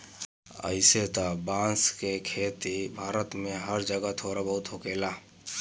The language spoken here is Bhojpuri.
अइसे त बांस के खेती भारत में हर जगह थोड़ा बहुत होखेला